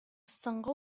соңгы